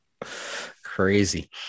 Crazy